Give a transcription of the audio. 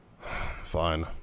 Fine